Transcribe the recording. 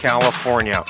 California